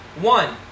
One